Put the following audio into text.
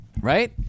right